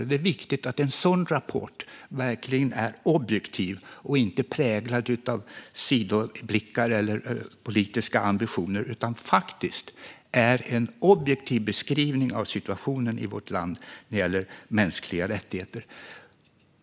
Det är viktigt att en sådan rapport verkligen är objektiv, inte präglad av sidoblickar eller politiska ambitioner utan faktiskt en objektiv beskrivning av situationen i vårt land när det gäller mänskliga rättigheter.